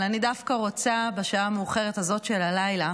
אבל אני דווקא רוצה בשעה המאוחרת הזאת של הלילה